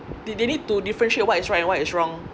they they need to differentiate what is right what is wrong